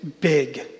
big